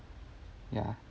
ya